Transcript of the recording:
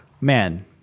Man